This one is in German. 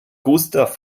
gustav